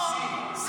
תתביישי.